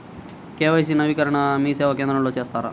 KYC నవీకరణని మీసేవా కేంద్రం లో చేస్తారా?